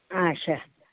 آچھا